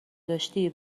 داشتی